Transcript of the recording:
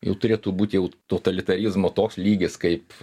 jau turėtų būt jau totalitarizmo toks lygis kaip